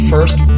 first